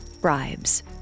bribes